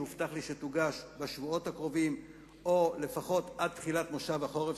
שהובטח לי שתוגש בשבועות הקרובים או לפחות עד תחילת כנס החורף,